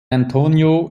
antonio